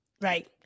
Right